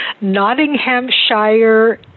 Nottinghamshire